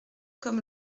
comme